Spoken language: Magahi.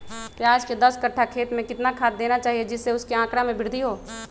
प्याज के दस कठ्ठा खेत में कितना खाद देना चाहिए जिससे उसके आंकड़ा में वृद्धि हो?